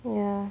ya